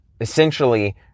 essentially